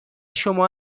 شما